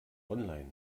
online